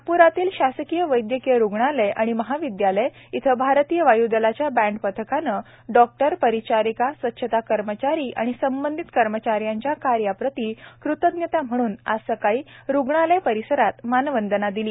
नागप्रातील शासकीय वैद्यकीय रुग्णालय आणि महाविद्यालय इथं भारतीय वाय् दलाच्या बँड पथकाने डॉक्टर परिचारिका स्वच्छता कर्मचारी आणि संबंधित कर्मचाऱ्यांच्या कार्या प्रती कृतज्ञता म्हणून आज सकाळी रुग्णालय परिसरात मानवंदना दिली